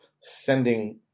sending